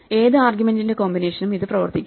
ഏത് ആർഗ്യുമെൻറിന്റെ കോമ്പിനേഷനും ഇത് പ്രവർത്തിക്കും